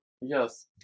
Yes